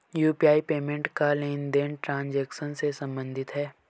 UPI payment का लेनदेन transaction से सम्बंधित है